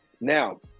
Now